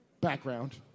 background